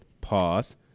pause